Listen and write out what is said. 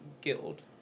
guild